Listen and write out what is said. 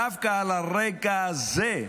דווקא על הרקע הזה,